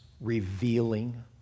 revealing